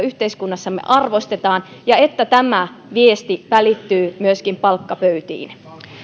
yhteiskunnassamme arvostetaan ja että tämä viesti välittyy myöskin palkkapöytiin